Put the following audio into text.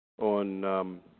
On